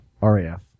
RAF